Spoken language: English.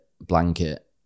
blanket